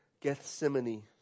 Gethsemane